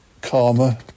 Karma